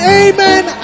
amen